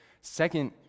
Second